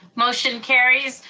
motion caries.